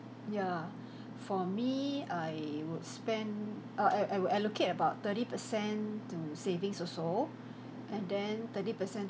ya for me I would spend uh I I will allocate about thirty per cent to savings also and then thirty per cent